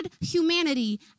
humanity